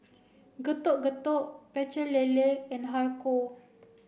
Getuk Getuk Pecel Lele and Har Kow